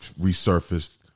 resurfaced